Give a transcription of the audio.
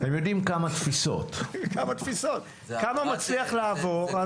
כמה מצליח לעבור, אז